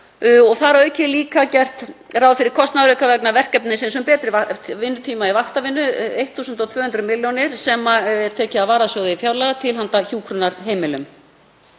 að auki er gert ráð fyrir kostnaðarauka vegna verkefnisins um betri vinnutíma í vaktavinnu, 1.200 milljónum sem eru teknar af varasjóði fjárlaga til handa hjúkrunarheimilum.